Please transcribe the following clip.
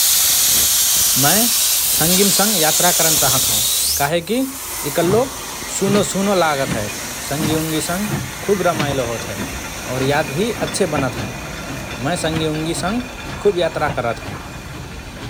मए संगीन्सँग यात्रा करन चाहत हओं काहेकी इकल्लो सुनो–सुनो लागत हए । संगीउंगी संग खुब रमाइलो होत हए । और याद भि अच्छे बनत हएँ । मए संगीउंगी संग खुब यात्रा करत हओं ।